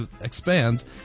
expands